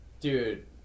Dude